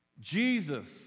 Jesus